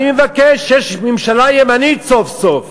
אני מבקש, יש ממשלה ימנית סוף-סוף,